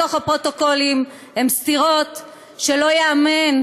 בתוך הפרוטוקולים הן סתירות שלא ייאמנו,